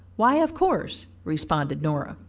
why of course, responded nora.